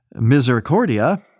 Misericordia